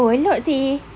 oh a lot seh